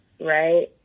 right